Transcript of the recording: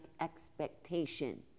expectation